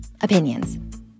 opinions